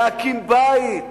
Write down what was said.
להקים בית,